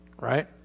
right